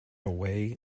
away